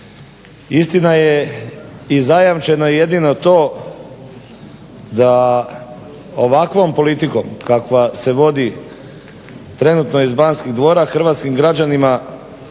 Istina je i zajamčeno je jedino to da ovakvom politikom kakva se vodi trenutno iz Banskih dvora hrvatskim građanima